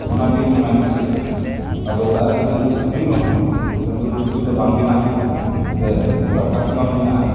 ᱚᱱᱟᱛᱮ ᱤᱧ ᱚᱱᱟᱧ ᱠᱩᱥᱤᱭᱟᱜᱼᱟ ᱟᱫᱚ ᱚᱲᱟᱜ ᱨᱮ ᱡᱩᱫᱤ ᱤᱪᱪᱷᱟᱹ ᱦᱩᱭᱩᱜ ᱨᱮᱦᱚᱸ ᱛᱟᱱᱫᱩᱨᱤ ᱨᱩᱴᱤ ᱫᱚ ᱵᱟᱝ ᱵᱮᱱᱟᱜᱼᱟ ᱥᱮ ᱛᱟᱲᱠᱟ ᱦᱚᱸ ᱵᱟᱝ ᱵᱮᱱᱟᱜᱼᱟ